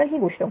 तर ही गोष्ट